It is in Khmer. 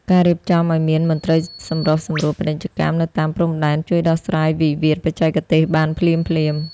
ការរៀបចំឱ្យមាន "មន្ត្រីសម្រុះសម្រួលពាណិជ្ជកម្ម" នៅតាមព្រំដែន ជួយដោះស្រាយវិវាទបច្ចេកទេសបានភ្លាមៗ។